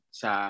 sa